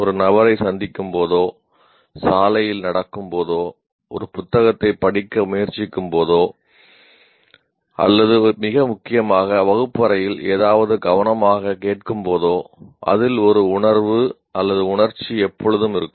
ஒரு நபரைச் சந்திக்கும் போதோ சாலையில் நடக்கும் போதோ ஒரு புத்தகத்தைப் படிக்க முயற்சிக்கும் போதோ அல்லது மிக முக்கியமாக வகுப்பு அறையில் ஏதாவது கவனமாக கேட்கும் போதோ அதில் ஒரு உணர்வு அல்லது உணர்ச்சி எப்போதும் இருக்கும்